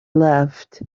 left